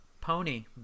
pony